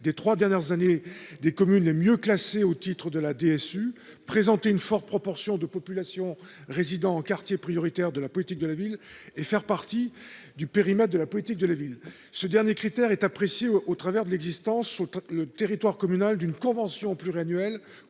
des 3 dernières années des communes les mieux classés au titre de la DSU, présenter une forte proportion de population résidant en quartiers prioritaires de la politique de la ville et faire partie du périmètre de la politique de la ville, ce dernier critère est apprécié au travers de l'existence sur le territoire communal d'une convention pluriannuelle